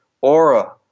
aura